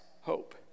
hope